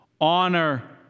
Honor